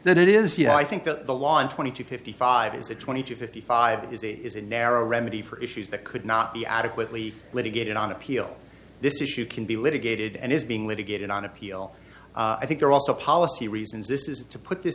that it is you know i think that the law in twenty to fifty five is a twenty to fifty five is a narrow remedy for issues that could not be adequately litigated on appeal this issue can be litigated and is being litigated on appeal i think they're also policy reasons this is to put th